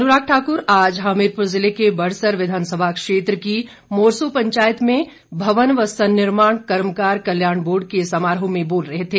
अनुराग ठाकुर आज हमीरपुर जिले के बड़सर विधानसभा क्षेत्र की मोरसू पंचायत में भवन व सन्ननिर्माण कर्मकार कल्याण बोर्ड के समारोह में बोल रहे थे